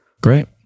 Great